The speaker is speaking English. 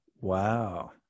Wow